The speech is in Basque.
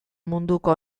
munduko